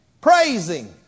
praising